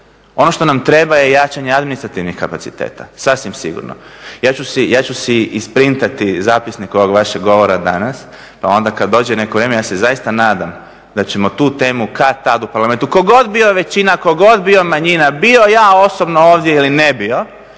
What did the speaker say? ono što nam treba je jačanje administrativnih kapaciteta, sasvim sigurno. Ja ću si isprintati zapisnik ovog vašeg govora danas pa onda kad dođe neko vrijeme ja se zaista nadam da ćemo tu temu kad-tad u parlamentu, tko god bio većina, tko god bio manjina, bio ja osobno ovdje ili ne bio,